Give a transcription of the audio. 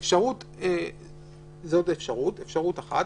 זאת אפשרות אחת.